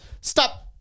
Stop